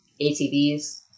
ATVs